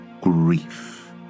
grief